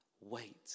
Wait